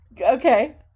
Okay